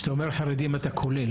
כשאתה אומר חרדים אתה כולל.